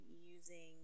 using